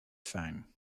fijn